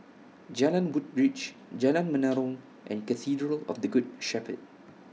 Jalan Woodbridge Jalan Menarong and Cathedral of The Good Shepherd